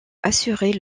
assurer